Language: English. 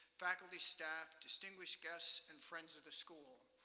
faculty staff, distinguished guests, and friends of the school.